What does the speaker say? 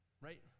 right